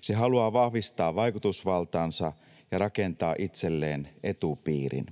Se haluaa vahvistaa vaikutusvaltaansa ja rakentaa itselleen etupiirin.